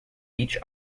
every